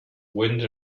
wind